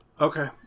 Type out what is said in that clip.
Okay